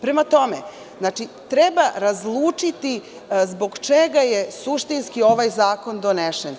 Prema tome, treba razlučiti zbog čega je suštinski ovaj zakon donesen.